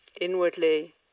inwardly